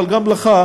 אבל גם לך,